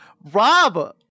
Rob